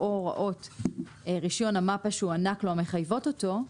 או הוראות רישיון המפ"א שהוענק לו המחייבות אותו",